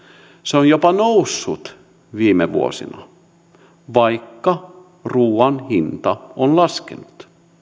se on jopa noussut viime vuosina vaikka ruuan hinta on laskenut